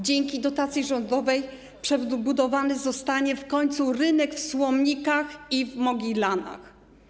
Dzięki dotacji rządowej przebudowany zostanie w końcu rynek w Słomnikach i rynek w Mogilanach.